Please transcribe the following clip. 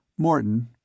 Morton